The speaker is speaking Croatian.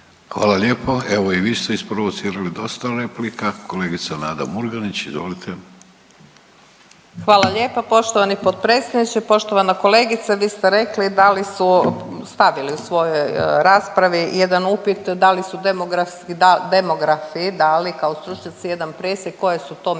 Hvala lijepo. Evo, i vi ste isprovocirali dosta replika. Kolegica Nada Murganić, izvolite. **Murganić, Nada (HDZ)** Hvala lijepa poštovani potpredsjedniče, poštovana kolegice, vi ste rekli da li su stavili u svojoj raspravi jedan upit da li demografski, da, demografi dali kao stručnjaci jedan presjek koje su to mjere